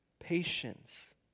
Patience